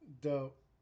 Dope